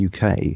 UK